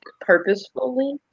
purposefully